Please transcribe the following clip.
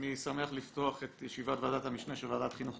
אני שמח לפתוח את ישיבת ועדת המשנה של ועדת החינוך,